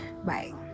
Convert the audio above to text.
Bye